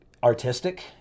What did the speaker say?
artistic